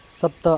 सप्त